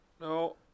No